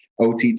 OTT